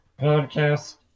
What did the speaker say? podcast